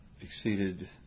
exceeded